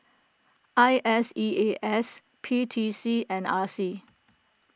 I S E A S P T C and R C